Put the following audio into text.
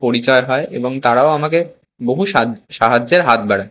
পরিচয় হয় এবং তারাও আমাকে বহু সাধ সাহায্যের হাত বাড়ায়